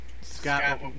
Scott